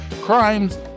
crimes